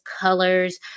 colors